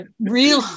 real